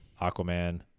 aquaman